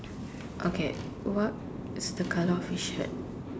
okay what is the colour of his shirt